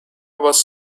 was